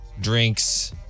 drinks